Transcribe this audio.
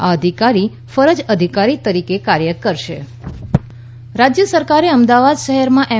આ અધિકારી ફરજ અધિકારી તરીકે કાર્ય કરશે નિતિન પટેલ રાજ્ય સરકારે અમદાવાદ શહેરમાં એમ